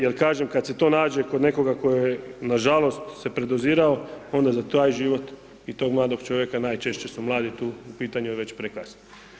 Jer kažem kad se to nađe kod nekoga to je nažalost se predozirao onda za taj život i tog mladog čovjeka najčešće su mladi tu u pitanju je već prekasno.